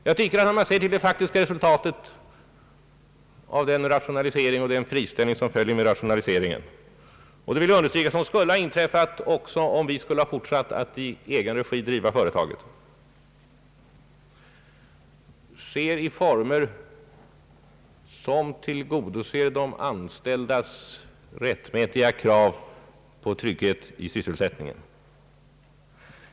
Jag tycker att den rationalisering och den friställning som följer med rationaliseringen och som — det vill jag understryka — skulle ha inträffat också om vi fortsatt att driva företaget i egen regi, sker i former som tillgodoser de anställdas rättmätiga krav på trygghet i sysselsättningen.